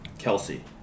Kelsey